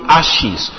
ashes